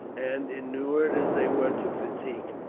and, inured as they were to fatigue,